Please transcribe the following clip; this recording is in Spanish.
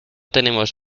tenemos